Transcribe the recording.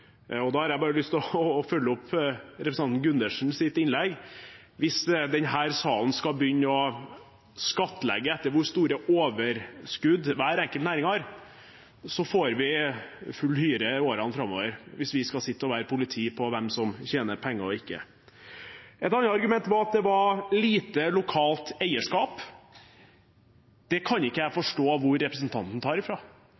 avgift. Da har jeg lyst til å følge opp representanten Gundersens innlegg: Hvis denne salen skal begynne å skattlegge etter hvor store overskudd hver enkelt næring har, får vi i årene framover vår fulle hyre med å sitte og være politi når det gjelder hvem som tjener penger og ikke. Et annet argument var at det var lite lokalt eierskap. Det kan ikke jeg